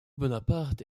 bonaparte